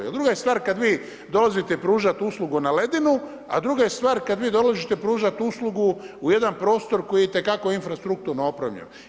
Jer druga je stvar kad vi dolazite pružati uslugu na ledinu, a druga je stvar kad vi dolazite pružati uslugu u jedan prostor koji je itekako infrastrukturno opremljen.